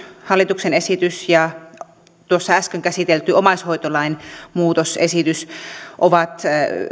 hallituksen esitys ja tuossa äsken käsitelty omaishoitolain muutosesitys ovat